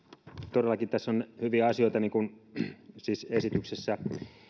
todellakin tässä on hyviä asioita siis esityksessä